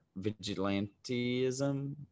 vigilantism